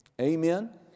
Amen